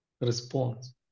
response